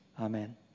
Amen